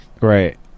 Right